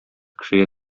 кешегә